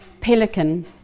pelican